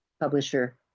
publisher